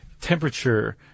temperature